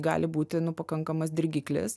gali būti nu pakankamas dirgiklis